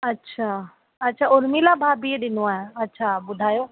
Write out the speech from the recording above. अच्छा अच्छा उर्मिला भाभीअ ॾिनो आहे ॿुधायो